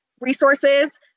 resources